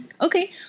Okay